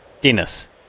Dennis